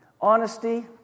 Honesty